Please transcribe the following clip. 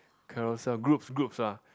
Carousell groups groups ah